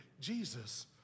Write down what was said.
Jesus